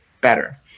better